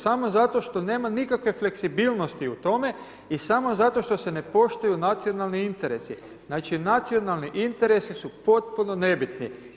Samo zato što nema nikakve fleksibilnosti u tome i samo zato što se ne poštuju nacionalni interesi, znači nacionalni interesi su potpuno nebitni.